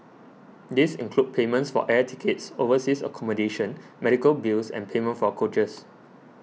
these include payments for air tickets overseas accommodation medical bills and payment for coaches